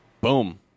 Boom